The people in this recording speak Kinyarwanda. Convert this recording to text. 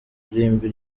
irimbi